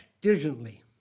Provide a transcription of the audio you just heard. diligently